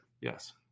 Yes